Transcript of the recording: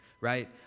right